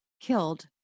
killed